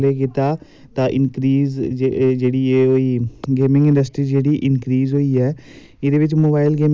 होर गेमां खलोन हर इक ग्रांऽ च लोक गेमां जेह्ड़ी गौरमैंट स्कीमां दिंदी ऐ ओह् चलै